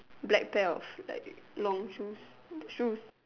black pair of like long shoes shoes